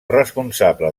responsable